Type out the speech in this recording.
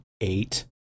eight